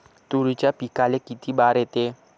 तुरीच्या पिकाले किती बार येते?